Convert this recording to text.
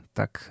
tak